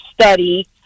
study